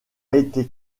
été